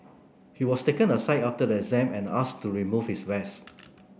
he was taken aside after the exam and ask to remove his vest